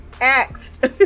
axed